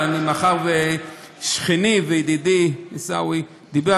אבל מאחר ששכני וידידי עיסאווי דיבר,